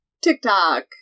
TikTok